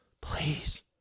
Please